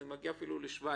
זה מגיע אפילו ל-17%,